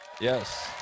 Yes